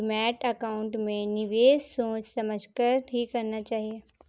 demat account में निवेश सोच समझ कर ही करना चाहिए